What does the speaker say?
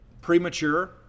premature